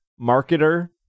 marketer